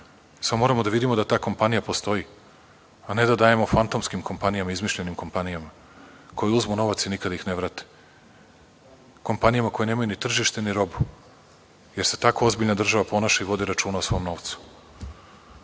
Samo moramo da vidimo da taj kompanija postoji, a ne da dajemo fantomskim kompanijama, izmišljenim kompanijama, koje uzmu novac i nikad ga ne vrati. Kompanijama koje nemaju ni tržište ni robu, jel se tako ozbiljna država ponaša i vodi računa o svom